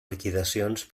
liquidacions